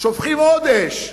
ושופכים עוד אש.